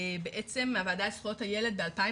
הוועדה לזכויות הילד ב-2015,